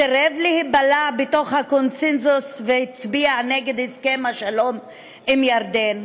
סירב להיבלע בתוך הקונסנזוס והצביע נגד הסכם השלום עם ירדן,